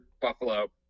Buffalo